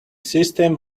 system